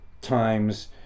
times